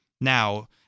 Now